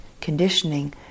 conditioning